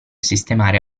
sistemare